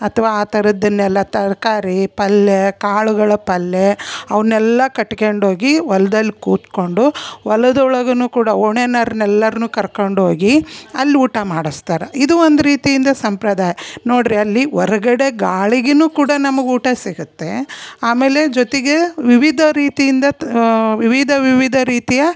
ಅಥ್ವಾ ಆ ಥರದ್ದನೆಲ್ಲ ತರಕಾರಿ ಪಲ್ಯ ಕಾಳುಗಳ ಪಲ್ಲೆ ಅವನ್ನೆಲ್ಲ ಕಟ್ಕ್ಯಂಡು ಹೋಗಿ ಹೊಲ್ದಲ್ ಕೂತ್ಕೊಂಡು ಹೊಲದೊಳಗುನು ಕೂಡ ಒಣೆನರ್ನ ಎಲ್ಲರನ್ನು ಕರ್ಕಂಡು ಹೋಗಿ ಅಲ್ಲಿ ಊಟ ಮಾಡಿಸ್ತಾರ ಇದು ಒಂದು ರೀತಿಯಿಂದ ಸಂಪ್ರದಾಯ ನೋಡಿರಿ ಅಲ್ಲಿ ಹೊರಗಡೆ ಗಾಳಿಗೂನು ಕೂಡ ನಮ್ಗೆ ಊಟ ಸಿಗುತ್ತೆ ಆಮೇಲೆ ಜೊತೆಗೆ ವಿವಿಧ ರೀತಿಯಿಂದ ತ ವಿವಿಧ ವಿವಿಧ ರೀತಿಯ